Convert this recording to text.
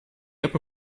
upper